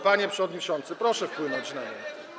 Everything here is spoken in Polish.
Panie przewodniczący, proszę wpłynąć na nich.